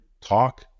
talk